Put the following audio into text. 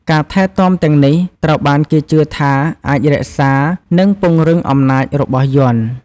ការថែទាំទាំងនេះ ត្រូវបានគេជឿថាអាចរក្សា និងពង្រឹងអំណាចរបស់យ័ន្ត។